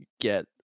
get